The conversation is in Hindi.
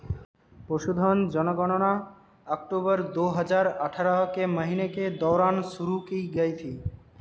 पशुधन जनगणना अक्टूबर दो हजार अठारह के महीने के दौरान शुरू की गई थी